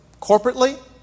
corporately